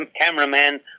cameraman